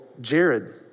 Jared